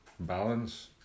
balance